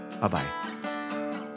Bye-bye